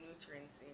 nutrients